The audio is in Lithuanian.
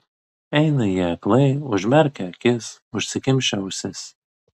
eina jie aklai užmerkę akis užsikimšę ausis